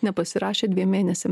nepasirašė dviem mėnesiam